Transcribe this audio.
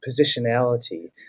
positionality